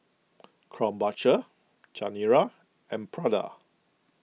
Krombacher Chanira and Prada